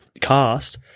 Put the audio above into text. cast